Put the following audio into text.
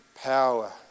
Power